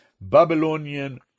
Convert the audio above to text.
Babylonian